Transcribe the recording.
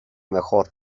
mejor